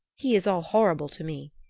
he is all horrible to me,